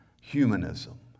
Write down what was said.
humanism